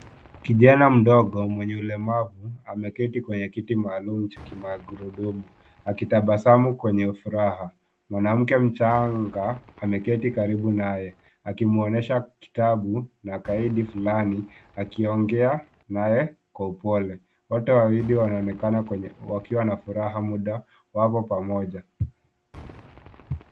Kijana mdogo mwenye ulemavu ameketi kwenye kiti maalumu cha kimagurudumu, akitabasamu kwenye furaha. Mwanamke mchanga ameketi karibu naye, akimwonyesha kitabu na gaidi fulana akiongea naye kwa upole. Wote wawili wanaonekana wakiwa na furaha muda wako pamoja.